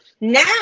Now